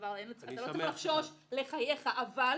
אתה לא צריך לחשוש לחייך, אבל